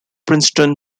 princeton